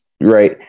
Right